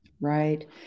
right